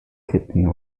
kidney